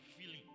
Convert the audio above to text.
feeling